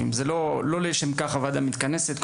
אבל לא לשם כך הוועדה מתכנסת,